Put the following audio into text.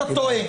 אתה טועה.